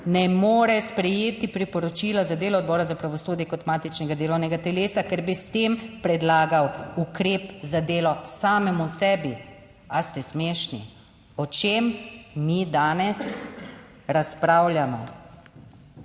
ne more sprejeti priporočila za delo Odbora za pravosodje kot matičnega delovnega telesa, ker bi s tem predlagal ukrep za delo samemu sebi. Ali ste smešni? O čem mi danes razpravljamo?